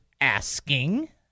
asking